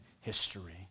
history